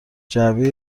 جعبه